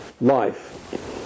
life